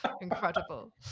incredible